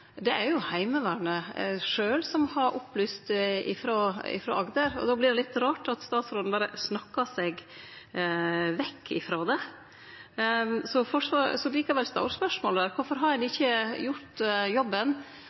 Agder, er jo reelle. Dette er det Heimevernet sjølv som har opplyst frå Agder. Då vert det litt rart at statsråden berre snakkar seg vekk frå det. Likevel står spørsmålet der: Kvifor har ein ikkje gjort jobben,